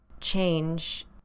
change